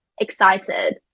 excited